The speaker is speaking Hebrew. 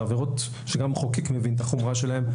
אלה עבירות שגם המחוקק מבין את החומרה שלהן.